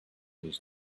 was